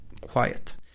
quiet